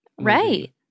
right